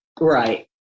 Right